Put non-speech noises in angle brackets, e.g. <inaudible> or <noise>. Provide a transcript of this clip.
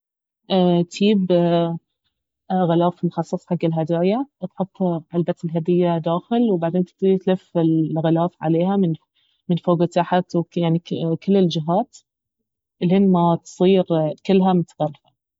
اتييب <hesitation> غلاف مخصص حق الهدايا تحط علبة الهدية داخل وبعدين تبتدي تلف الغلاف عليها من فوق وتحت يعني كل الجهات الين ما تصير كلها متغلفة